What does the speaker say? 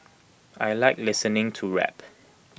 I Like listening to rap